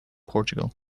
portugal